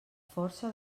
força